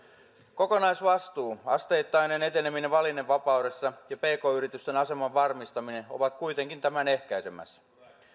kokonaisvastuu asteittainen eteneminen valinnanvapaudessa ja pk yritysten aseman varmistaminen ovat kuitenkin tämän ehkäisemässä